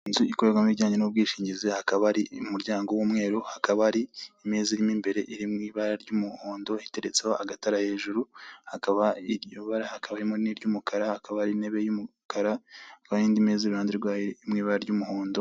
Inzu ikorwamo ibijyanye n'ubwishingizi, hakaba hari umuryango w'umweru, hakaba hari imeze irimo imbere iri mu ibara ry'umuhondo iteretseho agatara hejuru, hakaba iryo bara hakaba harimo n'iry'umukara, hakaba hari intebe y'umukara, hakaba hari indi meza iruhande rwayo iri mu ibara ry'umuhondo,...